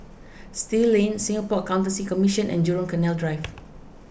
Still Lane Singapore Accountancy Commission and Jurong Canal Drive